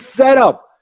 setup